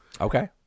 Okay